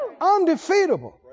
undefeatable